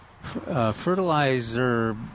fertilizer